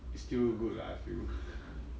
is still good lah I feel